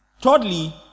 Thirdly